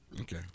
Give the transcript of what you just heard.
Okay